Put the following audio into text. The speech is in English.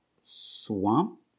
swamp